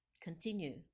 continue